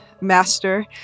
master